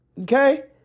Okay